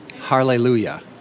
Hallelujah